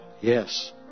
yes